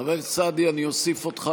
חבר הכנסת סעדי, אני אוסיף אותך.